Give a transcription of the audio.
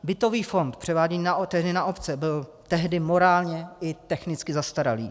Bytový fond, převáděný tehdy na obce, byl tehdy morálně i technicky zastaralý.